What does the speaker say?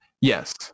Yes